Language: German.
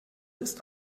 ist